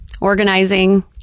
organizing